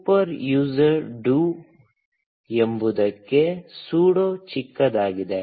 super user do ಎಂಬುದಕ್ಕೆ sudo ಚಿಕ್ಕದಾಗಿದೆ